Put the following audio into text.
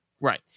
right